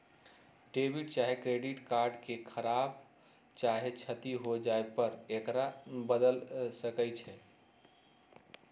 debit चाहे credit card के खराप चाहे क्षति हो जाय पर एकरा बदल सकइ छी